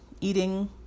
eating